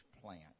plant